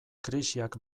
krisiak